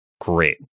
great